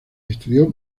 estudió